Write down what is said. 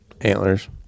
Antlers